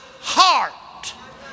heart